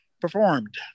performed